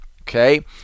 Okay